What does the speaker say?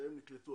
שהם נקלטו,